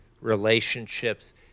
relationships